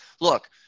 Look